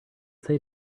say